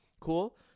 cool